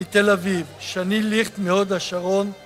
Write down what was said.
מתל אביב, שני ליכט מהוד השרון